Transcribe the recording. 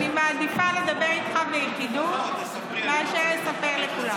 אני מעדיפה לדבר איתך ביחידות מאשר לספר לכולם.